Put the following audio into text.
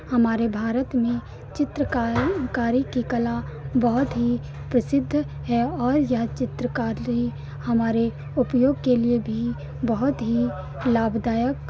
हमारे भारत में चित्रकारी कारी की कला बहुत ही प्रसिद्ध है और यह चित्रकारी हमारे उपयोग के लिए भी बहुत ही लाभदायक